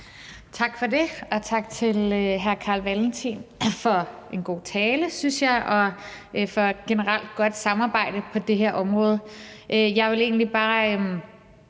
Tak for det. Og tak til hr. Carl Valentin for en god tale, synes jeg, og for et generelt godt samarbejde på det her område.